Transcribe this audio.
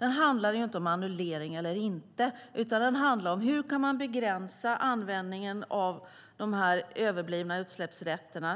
handlade inte om annullering eller inte utan om hur man kan begränsa användningen av de överblivna utsläppsrätterna.